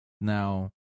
Now